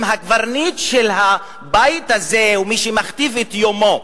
אם הקברניט של הבית הזה ומי שמכתיב את יומו